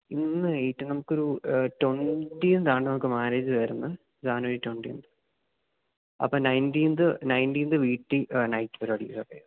ഇന്ന് എയിറ്റ് നമുക്കൊരു ട്വന്റിയത്താണ് നമുക്ക് മാരേജ് വരുന്നത് ജനുവരി ട്വന്റിയത്ത് അപ്പോള് നയൻറ്റിൻത് നയൻറ്റിൻത് വീട്ടില് നൈറ്റ് പരിപാടി